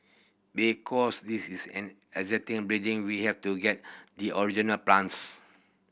because this is an existing begin we have to get the original plans